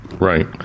Right